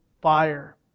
fire